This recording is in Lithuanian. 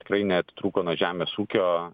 tikrai neatitrūko nuo žemės ūkio